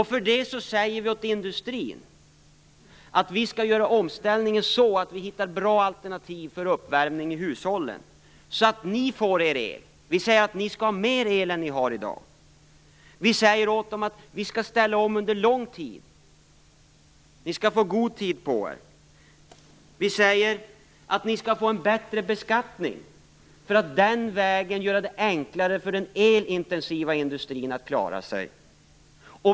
Därför säger vi åt industrin att vi skall göra omställningen på så sätt att vi skall hitta bra alternativ för uppvärmning i hushållen så att den får sin el. Vi säger åt industrin: Ni skall ha mer el än ni får i dag. Vi säger: Vi skall ställa om under lång tid. Ni skall få god tid på er. Vi säger: Ni skall få en bättre beskattning för att den vägen göra det enklare för den elintensiva industrin att klara sig.